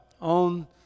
on